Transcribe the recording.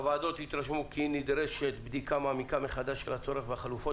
הוועדות התרשמו כי נדרשת בדיקה מעמיקה מחדש של הצורך בחלופות.